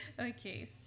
Okay